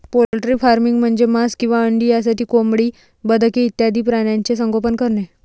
poultry farming म्हणजे मांस किंवा अंडी यासाठी कोंबडी, बदके इत्यादी प्राण्यांचे संगोपन करणे